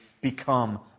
become